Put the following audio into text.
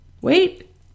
Wait